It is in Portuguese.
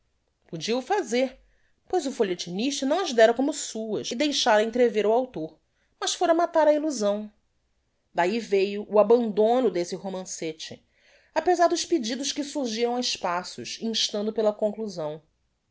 podia o fazer pois o folhetinista não as dera como suas e deixara entrever o author mas fôra matar a illusão d'ahi veiu o abandono desse romancete apezar dos pedidos que surgiam á espaços instando pela conclusão